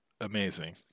amazing